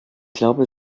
glaube